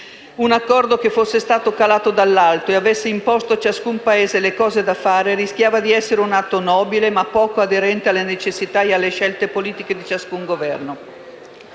un accordo che fosse stato calato dall'alto e avesse imposto a ciascun Paese le cose da fare avrebbe rischiato di essere un atto nobile, ma poco aderente alle necessità e alle scelte politiche di ciascun Governo.